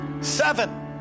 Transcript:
Seven